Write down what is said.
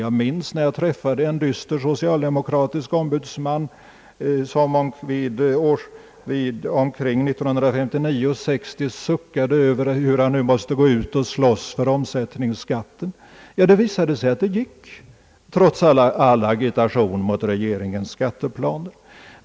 Jag minns när jag träffade en dyster socialdemokratisk ombudsman som omkring årsskiftet 1959—1960 suckade över att man måste gå ut och slåss för omsättningsskatten, Det visade sig att det gick trots all agitation mot regeringens skatteplaner.